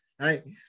Right